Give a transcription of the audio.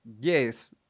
Yes